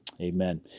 amen